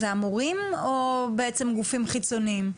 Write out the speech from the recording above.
המורים או בעצם גופים חיצוניים.